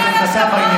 הבטיחה.